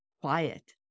quiet